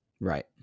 Right